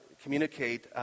communicate